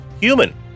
human